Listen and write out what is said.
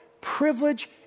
privilege